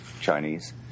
Chinese